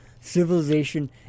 civilization